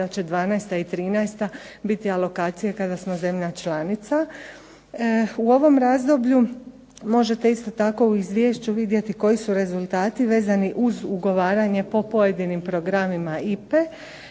da će 2012. i 2013. biti alokacije kada smo zemlja članica. U ovom razdoblju možete isto tako u izvješću vidjeti koji su rezultati vezani uz ugovaranje po pojedinim programima